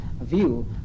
view